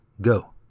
go